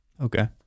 Okay